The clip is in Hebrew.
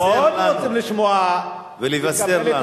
אנחנו מאוד רוצים לשמוע, ולבשר לנו.